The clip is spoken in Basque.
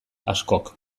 askok